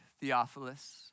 Theophilus